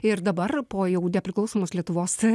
ir dabar po jau nepriklausomos lietuvos